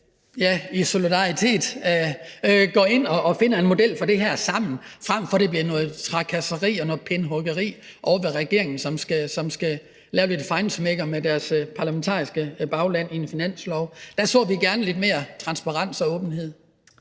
vi i solidaritet går ind og finder en model for det her sammen, frem for at det bliver nogle trakasserier og noget pindehuggeri ovre ved regeringen, som skal lave lidt feinschmeckeri med deres parlamentariske bagland i en finanslov. Der så vi gerne lidt mere transparens og åbenhed.